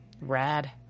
Rad